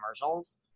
commercials